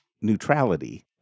neutrality